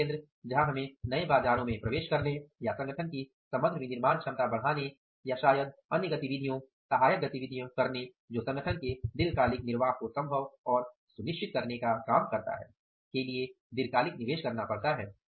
निवेश केंद्र जहां हमें नए बाजारों में प्रवेश करने या संगठन की समग्र विनिर्माण क्षमता बढ़ाने या शायद अन्य गतिविधियों सहायक गतिविधियां करने जो संगठन के दीर्घकालिक निर्वाह को संभव और सुनिश्चित करने का काम करता है के लिए दीर्घकालिक निवेश करना पड़ता है